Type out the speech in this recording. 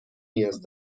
نیاز